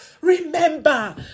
remember